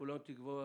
כולנו תקווה